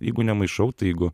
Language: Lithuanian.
jeigu nemaišau tai jeigu